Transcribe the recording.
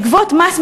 כך מקבלים החלטות,